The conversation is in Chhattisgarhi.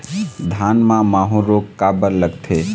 धान म माहू रोग काबर लगथे?